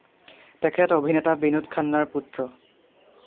তেখেত অভিনেতা বিনোদ খান্নাৰ পুত্ৰ